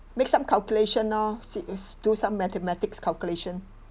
make some calculation lor see if do some mathematics calculation